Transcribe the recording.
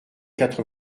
quatre